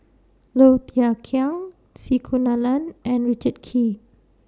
Low Thia Khiang C Kunalan and Richard Kee